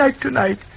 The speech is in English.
tonight